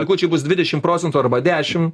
likučiai bus dvidešim procentų arba dešim